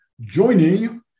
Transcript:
joining